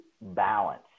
balance